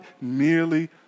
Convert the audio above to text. merely